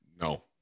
No